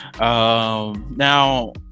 Now